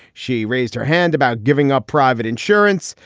she raised her hand about giving up private insurance.